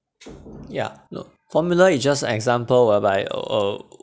ya know formula is just example whereby uh